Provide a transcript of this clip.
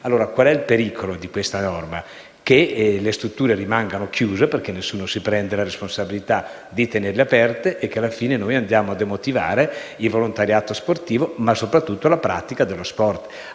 correre? Qual è pericolo di questa norma? Che le strutture rimangano chiuse, perché nessuno si prende la responsabilità di tenerle aperte, e che alla fine andiamo a demotivare il volontariato sportivo, ma soprattutto la pratica dello sport.